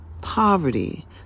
poverty